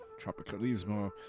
tropicalismo